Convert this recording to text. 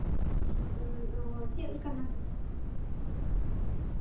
ᱚᱸᱻ ᱪᱮᱫᱞᱮᱠᱟᱱ ᱦᱟᱹᱠᱩ